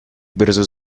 versos